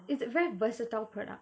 it's a very versatile product